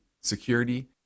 security